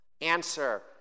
Answer